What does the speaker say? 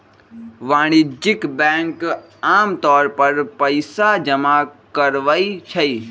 वाणिज्यिक बैंक आमतौर पर पइसा जमा करवई छई